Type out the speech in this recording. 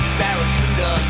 barracuda